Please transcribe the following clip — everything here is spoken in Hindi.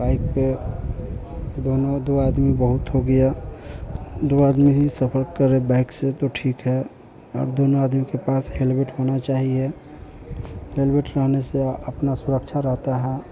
बाइक पर दोनों दो आदमी बहुत हो गया दो आदमी ही सफर करे बाइक से तो ठीक है और दोनों आदमी के पास हेलमेट होना चाहिए हेलमेट रहने से अपना सुरक्षा रहता है